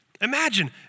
Imagine